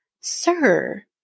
sir